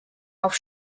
auf